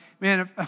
man